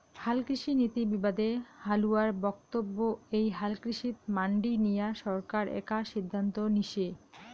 হালকৃষিনীতি বিবাদে হালুয়ার বক্তব্য এ্যাই হালকৃষিত মান্ডি নিয়া সরকার একা সিদ্ধান্ত নিসে